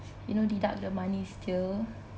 you know deduct the money still